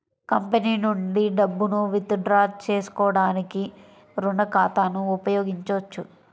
company నుండి డబ్బును withdraw చేసుకోవడానికి రుణ ఖాతాను ఉపయోగించొచ్చు